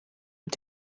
mit